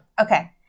Okay